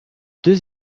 deux